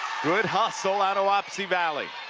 good hustle out of wapsie valley